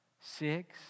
six